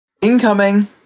Incoming